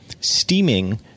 steaming